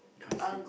counselling